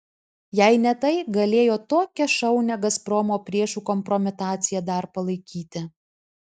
jei ne tai galėjo tokią šaunią gazpromo priešų kompromitaciją dar palaikyti